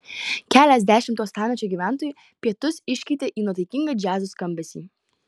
keliasdešimt uostamiesčio gyventojų pietus iškeitė į nuotaikingą džiazo skambesį